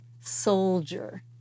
Soldier